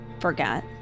forget